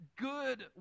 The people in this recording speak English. good